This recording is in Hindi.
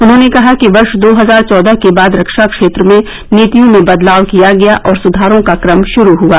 उन्होंने कहा कि वर्ष दो हजार चौदह के बाद रक्षा क्षेत्र में नीतियों में बदलाव किया गया और सुधारों का क्रम शुरू हआ